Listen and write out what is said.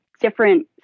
different